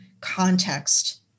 context